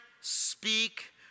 speak